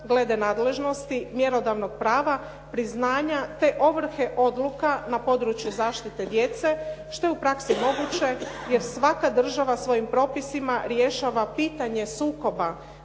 glede nadležnost, mjerodavnog prava, priznanja, te ovrhe odluka na području zaštite djece, što je u praksi moguće, jer svaka država svojim propisima rješava pitanje sukoba